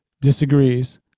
disagrees